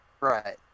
right